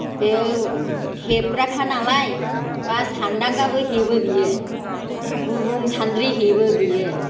बे हेबग्राखा नालाय बा सान्दांगाबो हेबो बियो गुबुं सान्द्रि हेबो बियो